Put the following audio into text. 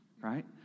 right